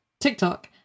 TikTok